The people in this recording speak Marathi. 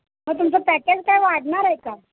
मग तुमचं पॅकेज काय वाढणार आहे का